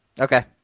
Okay